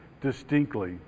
distinctly